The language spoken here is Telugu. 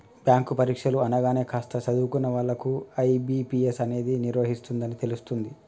బ్యాంకు పరీక్షలు అనగానే కాస్త చదువుకున్న వాళ్ళకు ఐ.బీ.పీ.ఎస్ అనేది నిర్వహిస్తుందని తెలుస్తుంది